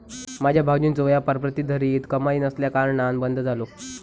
माझ्यो भावजींचो व्यापार प्रतिधरीत कमाई नसल्याकारणान बंद झालो